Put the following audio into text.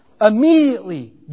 immediately